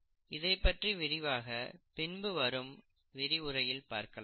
இதைப்பற்றி விரிவாக பின்பு வரும் விரிவுரையில் பார்க்கலாம்